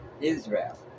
Israel